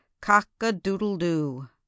cock-a-doodle-doo